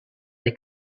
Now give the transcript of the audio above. dei